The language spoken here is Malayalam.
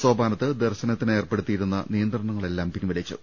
സോപാനത്ത് ദർശനത്തിന് ഏർപ്പെടുത്തിയിരുന്ന നിയന്ത്രണങ്ങളെല്ലാം പിൻവലിച്ചു